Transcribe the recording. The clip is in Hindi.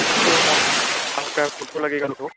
आपका फोटो लगेगा